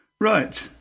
Right